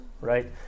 right